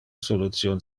solution